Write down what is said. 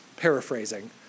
Paraphrasing